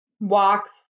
walks